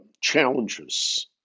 challenges